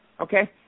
okay